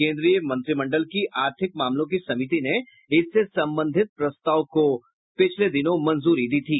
केंद्रीय मंत्रिमंडल की आर्थिक मामलों की समिति ने इससे संबंधित प्रस्ताव को मंजूरी दी थी